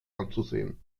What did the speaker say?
anzusehen